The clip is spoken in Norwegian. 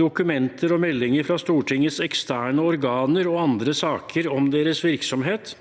«dokumenter og meldinger fra Stortingets eksterne organer, og andre saker om deres virksomhet».